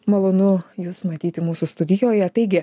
malonu jus matyti mūsų studijoje taigi